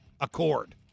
accord